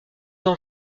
ans